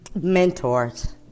Mentors